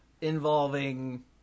involving